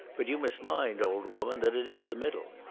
but you must mind, old woman, that it is the middle.